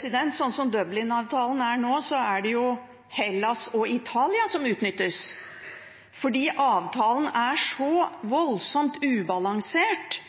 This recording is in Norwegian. Slik som Dublin-avtalen er nå, er det jo Hellas og Italia som utnyttes, fordi avtalen er så voldsomt ubalansert